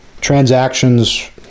Transactions